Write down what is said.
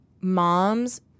mom's